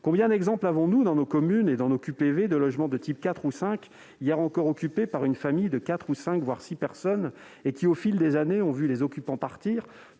Combien d'exemples avons-nous dans nos communes et dans nos QPV de logements de type 4 ou 5, hier encore occupés par une famille de quatre ou cinq, voire six personnes, et qui, au fil des années, ont vu leurs occupants partir